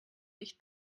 licht